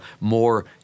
more